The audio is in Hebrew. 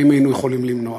האם יכולנו למנוע?